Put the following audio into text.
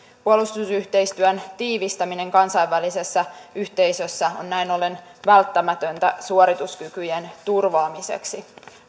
puolustusyhteistyön tiivistäminen kansainvälisessä yhteisössä on näin ollen välttämätöntä suorituskykyjen turvaamiseksi